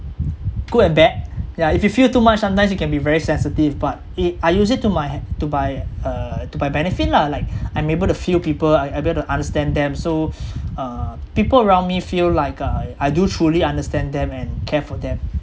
good and bad yeah if you feel too much sometimes you can be very sensitive but it I use it to my to my uh to my benefit lah like I'm able to feel people I'm able to understand them so uh people around me feel like uh I do truly understand them and care for them